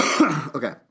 Okay